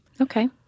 Okay